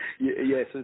Yes